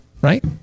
right